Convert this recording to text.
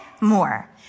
more